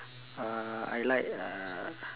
uh I like uh